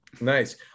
Nice